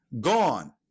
gone